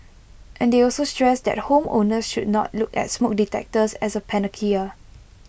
and they also stressed that home owners should not look at smoke detectors as A panacea